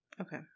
Okay